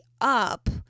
up